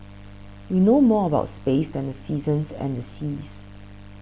we know more about space than the seasons and the seas